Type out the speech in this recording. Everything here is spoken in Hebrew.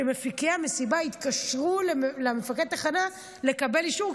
מפיקי המסיבה התקשרו למפקד התחנה לקבל אישור,